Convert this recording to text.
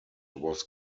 was